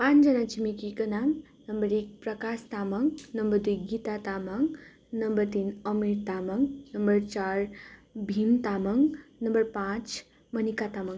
पाँचजना छिमेकीको नाम नम्बर एक प्रकाश तामाङ नम्बर दुई गीता तामाङ नम्बर तिन अमीर तामाङ नम्बर चार भीम तामाङ नम्बर पाँच मनिका तामाङ